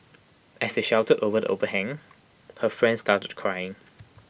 as they sheltered over the overhang her friend started crying